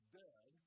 dead